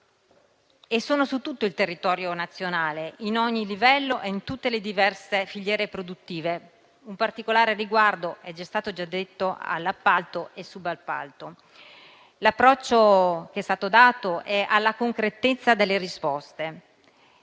sono su tutto il territorio nazionale, in ogni livello e in tutte le diverse filiere produttive; una particolare attenzione - come è già stato già detto - va all'appalto e al subappalto. L'approccio che è stato dato è alla concretezza delle risposte.